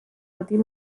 patir